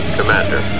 Commander